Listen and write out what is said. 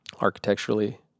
Architecturally